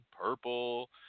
purple